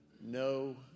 no